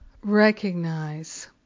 recognize